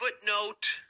footnote